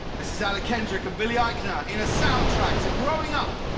this is anna kendrick and billy eichner in a soundtrack to growing up.